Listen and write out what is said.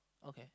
okay